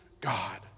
God